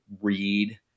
read